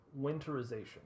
winterization